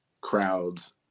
crowds